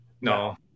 no